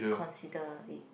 consider it